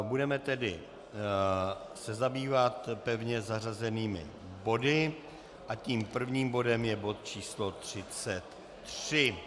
Budeme se tedy zabývat pevně zařazenými body a tím prvním bodem je bod číslo 33.